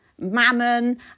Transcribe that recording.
Mammon